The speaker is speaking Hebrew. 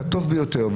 את הטוב ביותר,